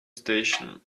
station